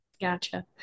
gotcha